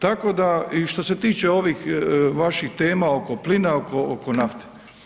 Tako da i što se tiče ovih vašim tema oko plina, oko nafte.